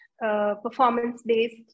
performance-based